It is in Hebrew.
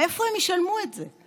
מאיפה הם ישלמו את זה?